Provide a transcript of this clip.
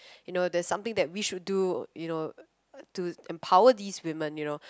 you know there's something that we should do you know to empower these women you know